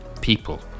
people